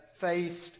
faced